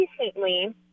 recently